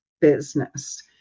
business